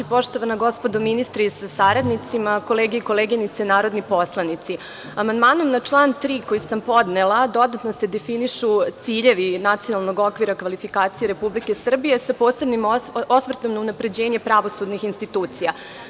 Poštovana gospodo ministre sa saradnicima, kolege i koleginice narodni poslanici, amandmanom na član 3. koji sam podnela dodatno se definišu ciljevi nacionalnog okvira kvalifikacije Republike Srbije, sa posebnim osvrtom na unapređenje pravosudnih institucija.